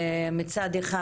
מצד אחד,